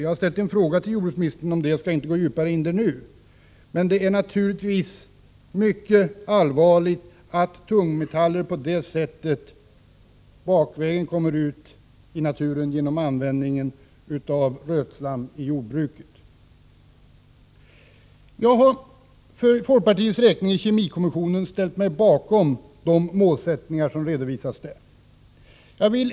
Jag har ställt en fråga till jordbruksministern om detta och skallinte nu gå djupare in på saken. Naturligvis är det mycket allvarligt att tungmetaller på detta sätt kommer ut i naturen bakvägen, dvs. genom användning av rötslam i jordbruket. Jag har för folkpartiets räkning i kemikommissionen ställt mig bakom de målsättningar som redovisas där.